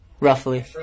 Roughly